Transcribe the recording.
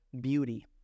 beauty